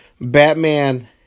Batman